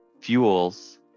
fuels